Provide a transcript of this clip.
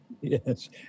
Yes